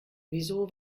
wieso